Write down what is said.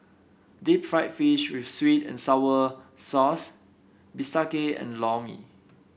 Deep Fried Fish with sweet and sour sauce bistake and Lor Mee